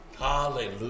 Hallelujah